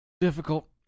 Difficult